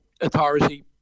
authority